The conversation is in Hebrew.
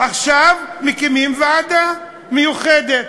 עכשיו מקימים ועדה מיוחדת.